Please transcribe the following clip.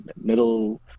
middle